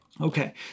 Okay